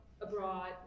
abroad